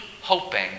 hoping